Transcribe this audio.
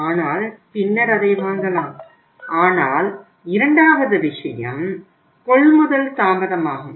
ஆனால் பின்னர் அதை வாங்கலாம் ஆனால் இரண்டாவது விஷயம் கொள்முதல் தாமதமாகும்